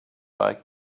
like